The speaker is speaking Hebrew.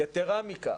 יתרה מכך,